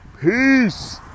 Peace